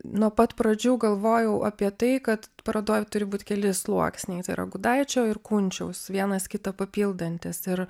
nuo pat pradžių galvojau apie tai kad parodoj turi būti keli sluoksniai tai yra gudaičio ir kunčiaus vienas kitą papildantys ir